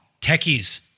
Techies